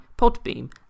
Podbeam